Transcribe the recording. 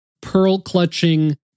pearl-clutching